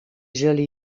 zullen